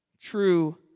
true